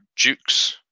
dukes